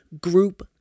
group